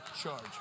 Charge